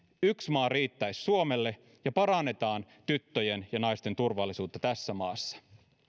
yksi maa riittäisi suomelle ja parannetaan tyttöjen ja naisten turvallisuutta tässä maassa